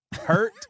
hurt